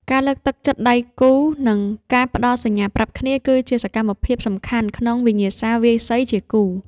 ការលើកទឹកចិត្តដៃគូ និងការផ្ដល់សញ្ញាប្រាប់គ្នា គឺជាសកម្មភាពសំខាន់ក្នុងវិញ្ញាសាវាយសីជាគូ។